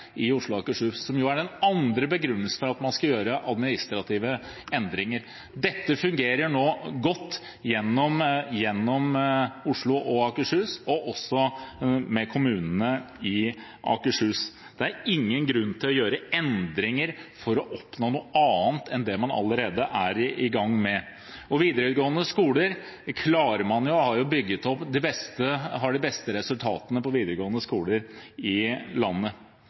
som jo er den andre begrunnelsen for at man skal gjøre administrative endringer. Dette fungerer nå godt gjennom Oslo og Akershus, og også med kommunene i Akershus. Det er ingen grunn til å gjøre endringer for å oppnå noe annet enn det man allerede er i gang med. Og på videregående skole har man jo de beste resultatene i landet. For det Arbeiderpartiet foreslår, er jo ikke bare at de